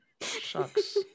Shucks